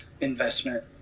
investment